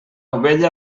ovella